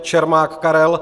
Čermák Karel